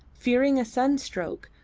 fearing a sunstroke,